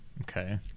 Okay